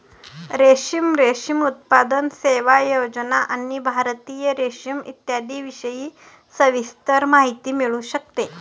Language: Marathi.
रेशीम, रेशीम उत्पादन, सेवा, योजना आणि भारतीय रेशीम इत्यादींविषयी सविस्तर माहिती मिळू शकते